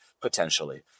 potentially